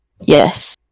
Yes